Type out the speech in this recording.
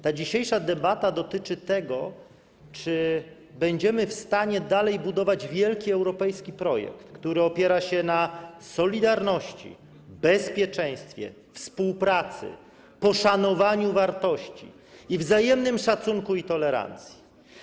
Ta dzisiejsza debata dotyczy tego, czy będziemy w stanie dalej budować wielki europejski projekt, który opiera się na solidarności, bezpieczeństwie, współpracy, poszanowaniu wartości i wzajemnym szacunku i tolerancji.